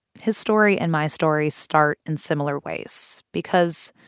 his story and my story start in similar ways because,